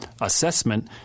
assessment